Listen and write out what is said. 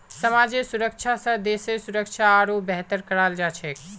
समाजेर सुरक्षा स देशेर सुरक्षा आरोह बेहतर कराल जा छेक